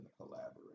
collaborate